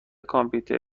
کامپیوتر